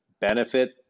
benefit